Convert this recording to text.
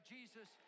Jesus